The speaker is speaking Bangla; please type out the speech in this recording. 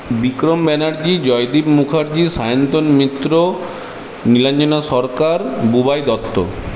বিক্রম ব্যানার্জী জয়দীপ মুখার্জী সায়ন্তন মিত্র নীলাঞ্জনা সরকার বুবাই দত্ত